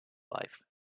life